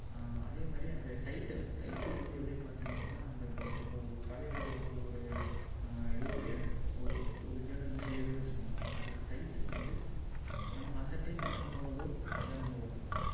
அதே மாதிரி அந்த டைட்டில் டைட்டில் வந்து எப்படின்னு பார்த்திங்க அப்படின்னா அந்த இப்போ ஒரு கதை எழுதுறோம் இல்லை ஒரு எதோ எ ஒரு ஒரு ஜெர்னல் மாதிரி எழுதறோம்னு வச்சுக்கோங்களேன் அதுக்கு டைட்டில் வந்து நமக்கு அந்த டைம் என்ன தோணுதோ அதை நம்ப வைப்போம்